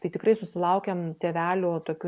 tai tikrai susilaukiam tėvelių tokių